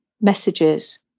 messages